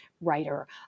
writer